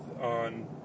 on